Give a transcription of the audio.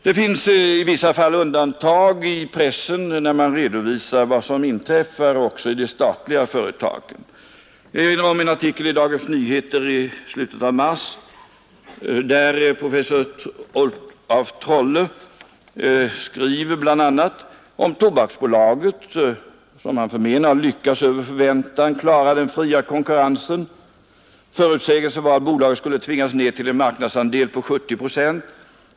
Det finns vissa»undantag i pressen, när man redovisar vad som inträffar också i de statliga företagen. Jag erinrar om en artikel i Dagens Nyheter i slutet av mars, där en undersökning uppmärksammas som utförts av bl.a. JIf af Trolle. I artikeln heter det: sbolaget har lyckats över förväntan klara den fria konkurrensen, konstaterar författarna. Förutsägelsen var att bolaget skulle tvingas ned till en marknadsandel på 70 proc.